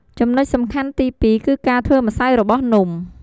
ចំនុចសំខាន់ទីពីរ គឺការធ្វើម្សៅរបស់នំ។